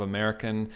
American